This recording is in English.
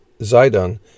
Zidon